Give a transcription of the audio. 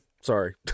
sorry